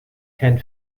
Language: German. kein